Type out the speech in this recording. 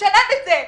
תשלם את זה.